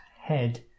head